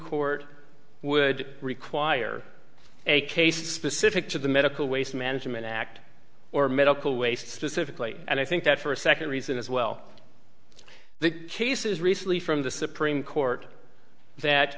court would require a case specific to the medical waste management act or medical waste specifically and i think that for a second reason as well the case is recently from the supreme court that